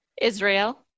Israel